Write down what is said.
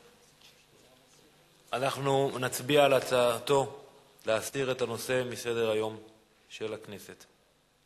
אנחנו נצביע על הצעתו להסיר את הנושא מסדר-היום של הכנסת.